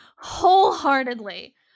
wholeheartedly